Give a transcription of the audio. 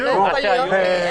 לא נכון.